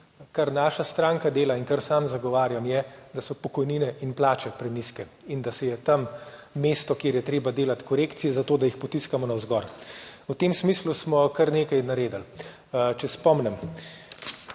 Kar naša stranka dela in kar sam zagovarjam, je, da so pokojnine in plače prenizke. In da je tam mesto, kjer je treba delati korekcije, zato da jih potiskamo navzgor. V tem smislu smo kar nekaj naredili. Če spomnim.